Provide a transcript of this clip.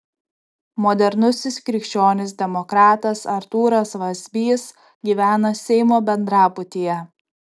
modernusis krikščionis demokratas artūras vazbys gyvena seimo bendrabutyje